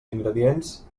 ingredients